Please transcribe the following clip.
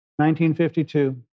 1952